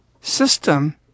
system